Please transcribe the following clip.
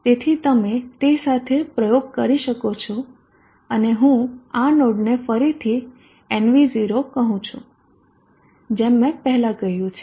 તેથી તમે તે સાથે પ્રયોગ કરી શકો છો અને હું આ નોડને ફરીથી nV0 કહું છું જેમ મેં પહેલાં કહ્યું છે